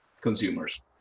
consumers